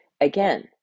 again